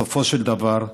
בסופו של דבר,